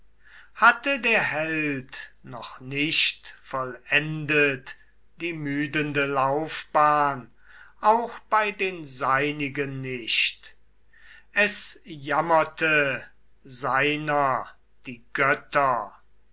hatte der held noch nicht vollendet die müdende laufbahn auch bei den seinigen nicht es jammerte seiner die götter